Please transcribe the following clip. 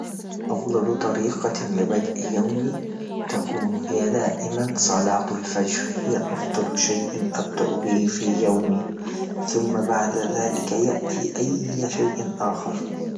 أفضل طريقة لبدء يومك، تقوم هي دائما صلاة الفجر هي أفضل شيء ابدأ به في اليوم، ثم بعد ذلك يأتي أي شيء أخر.